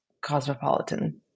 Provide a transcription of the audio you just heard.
cosmopolitan